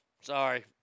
Sorry